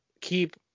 keep